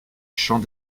champ